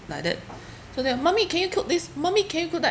like that so they all mummy can you cook this mummy can you cook that